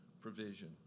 provision